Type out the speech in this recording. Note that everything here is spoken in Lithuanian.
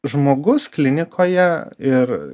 žmogus klinikoje ir